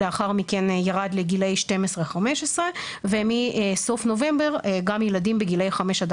לאחר מכן ירד לגילאי 12-15 ומסוף נובמבר גם ילדים בגילאי 5 עד